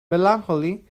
melancholy